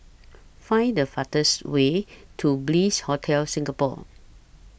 Find The fastest Way to Bliss Hotel Singapore